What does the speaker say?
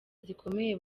zikomeye